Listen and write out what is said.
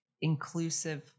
inclusive